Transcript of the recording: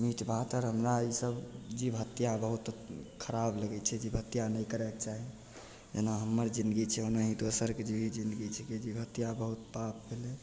meat भात हमरा ईसब जीव हत्या बहुत खराब लगै छै जीव हत्या नहि करैके चाही जेना हमर जिनगी छै ओनाहि दोसरके जिनगी छै जीव हत्या बहुत पाप भेलै